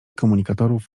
komunikatorów